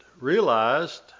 realized